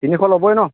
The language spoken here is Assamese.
তিনিশ ল'বই ন